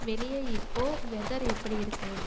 வெளியே இப்போது வெதர் எப்படி இருக்குது